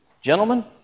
Gentlemen